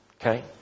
Okay